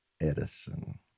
Edison